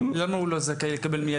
--- למה הוא לא זכאי לקבל מיידית?